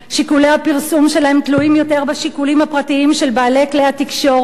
ושיקולי הפרסום שלהם תלויים יותר בשיקולים הפרטיים של בעלי כלי התקשורת.